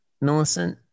Millicent